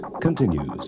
continues